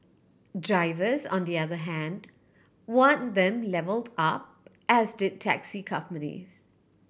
drivers on the other hand wanted them levelled up as did taxi companies